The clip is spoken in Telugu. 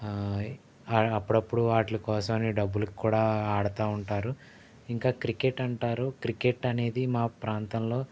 అప్పుడప్పుడు వాట్లి కోసం డబ్బులికి కూడా ఆడుతూ ఉంటారు ఇంకా క్రికెట్ అంటారు క్రికెట్ అనేది మా ప్రాంతంలో